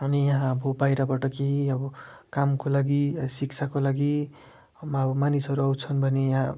अनि यहाँ अब बाहिरबाट केही अब कामको लागि शिक्षाको लागि अब मानिसहरू आउँछन् भने यहाँ